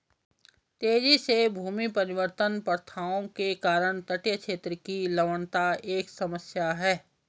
तेजी से भूमि परिवर्तन प्रथाओं के कारण तटीय क्षेत्र की लवणता एक समस्या है